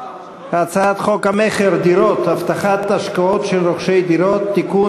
הצעת חוק המכר (דירות) (הבטחת השקעות של רוכשי דירות) (תיקון,